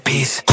Peace